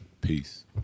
Peace